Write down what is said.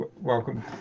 welcome